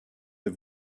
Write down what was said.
the